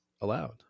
allowed